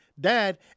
dad